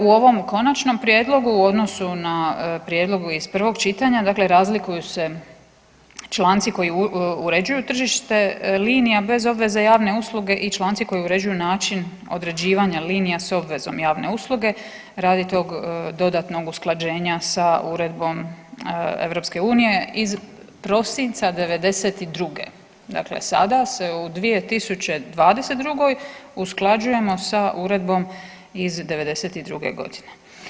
U ovom konačnom prijedlogu u odnosu na prijedlog iz prvo čitanja dakle razlikuju se članci koji uređuju tržište linija bez obveze javne usluge i članci koji uređuju način određivanja linija s obvezom javne usluge radi tog dodatnog usklađenja sa uredbom EU iz prosinca '92., dakle sada se u 2022. usklađujemo sa uredbom iz '92.g.